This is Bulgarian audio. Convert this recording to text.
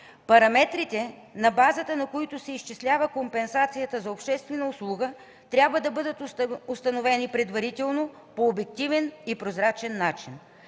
Параметрите, на базата на които се изчислява компенсацията за обществена услуга, трябва да бъдат установени предварително по обективен и прозрачен начин.